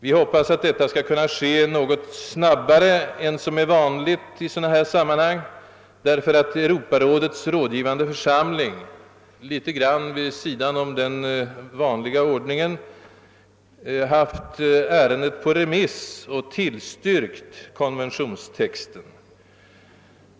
Vi hoppas att detta skall kunna ske något snabbare än som är vanligt i sådana här sammanhang därför att Europarådets rådgivande församling något vid sidan om den vanliga ordningen haft ärendet på remiss och tillstyrkt konventionstexten.